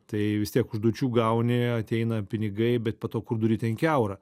tai vis tiek užduočių gauni ateina pinigai bet po to kur duri ten kiaura